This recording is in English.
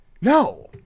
No